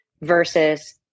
versus